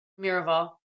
Miraval